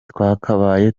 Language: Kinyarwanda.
twakabaye